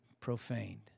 profaned